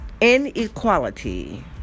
Inequality